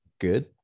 good